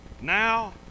Now